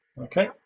Okay